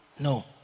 No